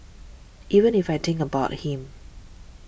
even if I think about him